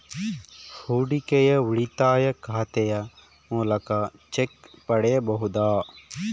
ಹೂಡಿಕೆಯ ಉಳಿತಾಯ ಖಾತೆಯ ಮೂಲಕ ಚೆಕ್ ಪಡೆಯಬಹುದಾ?